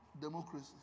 democracy